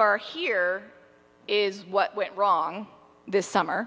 bar here is what went wrong this summer